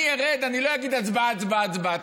אני ארד, אני לא אגיד: הצבעה, הצבעה, הצבעה.